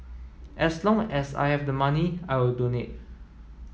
as long as I have the money I will donate